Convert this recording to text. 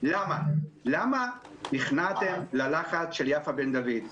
למה נכנעתם ללחץ של יפה בן דוד?